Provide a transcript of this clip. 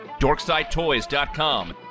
DorksideToys.com